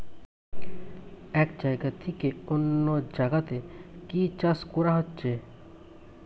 এক জাগা থিকে যখন অন্য জাগাতে কি চাষ কোরা হচ্ছে